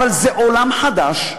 אבל זה עולם חדש,